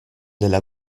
della